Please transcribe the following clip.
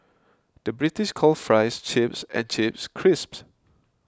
the British calls Fries Chips and Chips Crisps